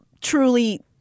truly